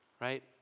right